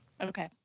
Okay